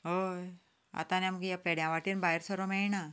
हय आतां आनी आमकां ह्या पेड्यां वाटेन भायर सरूंक मेळना